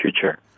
future